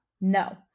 No